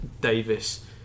Davis